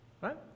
right